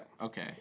Okay